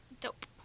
Dope